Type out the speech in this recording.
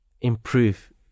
improve